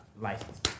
license